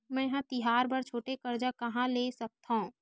मेंहा तिहार बर छोटे कर्जा कहाँ ले सकथव?